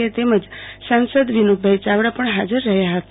કે તેમજ સાસંદ વિનોદભાઈ યાવડા પણ હાજર રહ્યા હતા